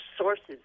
sources